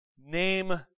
name